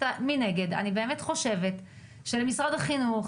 מנגד, אני באמת חושבת שלמשרד החינוך